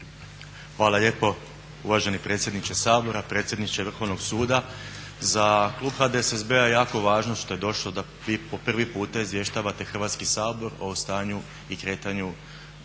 Hvala lijepo uvaženi predsjedniče Sabora. Predsjedniče Vrhovnog suda za klub HDSSB-a jako važno što je došlo da vi po prvi puta izvještavate Hrvatski sabor o stanju i kretanju sudstva